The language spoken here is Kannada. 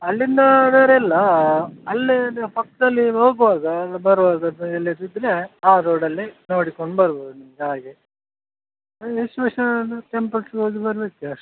ಅಲ್ಲಿಂದ ಬೇರೆ ಇಲ್ಲ ಅಲ್ಲೇ ಪಕ್ಕದಲ್ಲಿ ಹೋಗ್ವಾಗ ಬರ್ವಾಗ ಸಹ ಎಲ್ಲಿಯಾದ್ರು ಇದ್ದರೆ ಆ ರೋಡಲ್ಲಿ ನೋಡಿಕೊಂಡು ಬರ್ಬೋದು ನಿಮ್ಗೆ ಹಾಗೇ ಅಲ್ಲಿ ವಿಶೇಶ್ವರ ಟೆಂಪಲ್ಸಿಗೆ ಹೋಗಿ ಬರಲಿಕ್ಕೆ ಅಷ್ಟೇ